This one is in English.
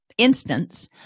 instance